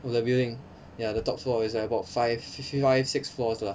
of the building ya the top floor it's like about five fi~ five six floors lah